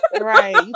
right